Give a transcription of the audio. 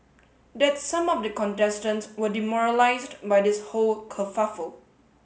that some of the contestants were demoralised by this whole kerfuffle